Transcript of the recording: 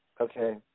Okay